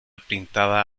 pintada